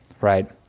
right